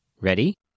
Ready